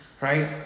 right